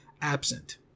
Absent